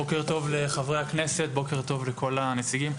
בוקר טוב לחברי הכנסת, בוקר טוב לכל הנציגים.